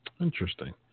Interesting